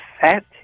fat